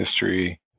history